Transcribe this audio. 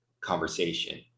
conversation